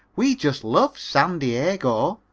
we just love san diego!